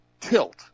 tilt